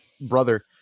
brother